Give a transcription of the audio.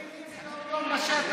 חיים את זה יום-יום בשטח.